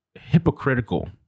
hypocritical